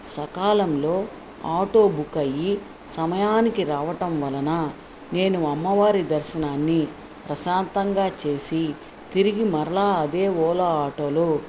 సకాలంలో auto book అయ్యి సమయానికి రావటం వలన నేను అమ్మవారి దర్శనాన్ని ప్రశాంతంగా చేసి తిరిగి మరల అదే ఓలా ఆటోలో